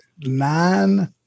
nine